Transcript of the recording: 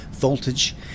Voltage